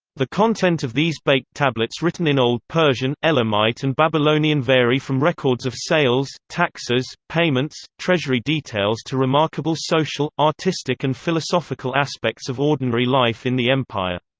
the content of these baked tablets written in old persian, elamite and babylonian vary from records of sales, taxes, payments, treasury details to remarkable social, artistic and philosophical aspects of ordinary life in the empire.